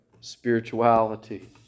spirituality